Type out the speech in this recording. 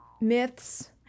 Myths